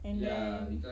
and then